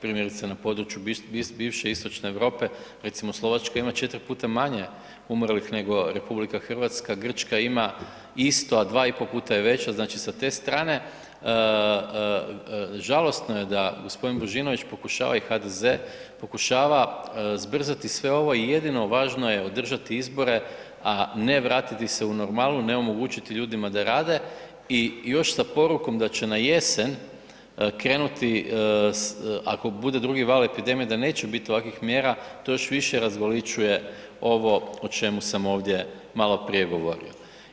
Primjerice na području bivše istočne Europe, recimo Slovačka ima 4 puta manje umrlih nego RH, Grčka ima isto, a 2,5 puta je veća, znači sa te strane žalosno je da gospodin Božinović pokušava i HDZ pokušava zbrzati sve ovo i jedino važno je održati izbore, a ne vratiti se u normalu, ne omogućiti ljudima da rade i još sa porukom da će na jesen krenuti ako bude drugi val epidemije da neće biti ovakvih mjera, to još više razgolićuje ovo o čemu sam ovdje maloprije govorio.